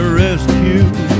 rescue